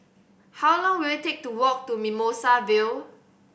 how long will it take to walk to Mimosa Vale